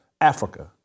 Africa